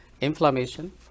inflammation